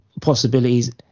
possibilities